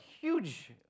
huge